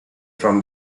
from